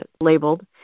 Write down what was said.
labeled